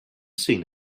seen